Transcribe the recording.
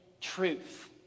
truth